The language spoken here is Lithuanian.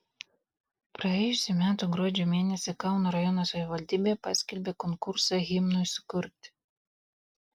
praėjusių metų gruodžio mėnesį kauno rajono savivaldybė paskelbė konkursą himnui sukurti